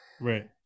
Right